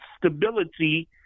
stability